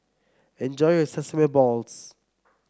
enjoy your Sesame Balls